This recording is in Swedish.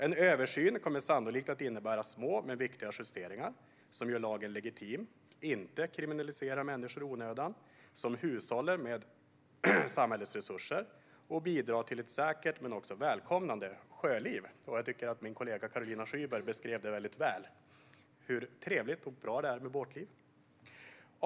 En översyn kommer sannolikt att innebära små men viktiga justeringar som gör att lagen blir legitim och inte kriminaliserar människor i onödan och som bidrar till hushållning med samhällets resurser och till ett säkert men också välkomnande sjöliv. Jag tycker att min kollega Caroline Szyber väldigt väl beskrev hur trevligt och bra det är med båtliv.